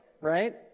right